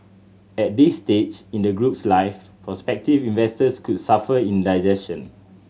at this stage in the group's life prospective investors could suffer indigestion